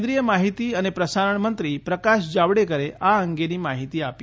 કેન્દ્રિથ માહિતી અને પ્રસારણ મંત્રી પ્રકાશ જાવડેકરે આ અંગેની માહિતી આપી